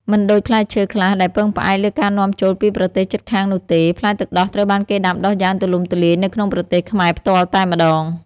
មិនដូចផ្លែឈើខ្លះដែលពឹងផ្អែកលើការនាំចូលពីប្រទេសជិតខាងនោះទេ ផ្លែទឹកដោះត្រូវបានគេដាំដុះយ៉ាងទូលំទូលាយនៅក្នុងប្រទេសខ្មែរផ្ទាល់តែម្តង។